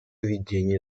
ведения